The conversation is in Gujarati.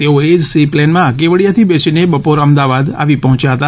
તેઓ એ જ સી પ્લેનમાં કેવડીયાથી બેસીને બપોર અમદાવાદ આવી પહોંચ્યા હતા